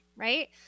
Right